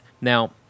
Now